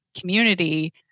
community